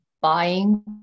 buying